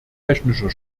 technischer